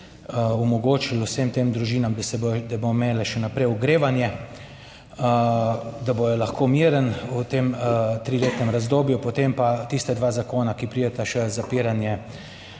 omogočili vsem tem družinam, da se bodo, da bodo imele še naprej ogrevanje, da bodo lahko mirni v tem triletnem razdobju, potem pa tista dva zakona, ki prideta, še zapiranje,